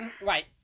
right